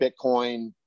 Bitcoin